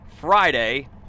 Friday